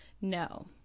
no